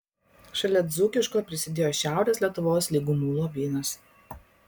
šalia dzūkiško prisidėjo šiaurės lietuvos lygumų lobynas